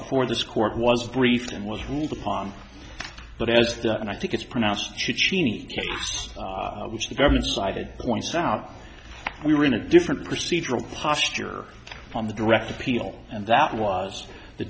before this court was briefed and was ruled upon that as that and i think it's pronounced which the government sided points out we were in a different procedural posture on the direct appeal and that was the